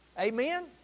Amen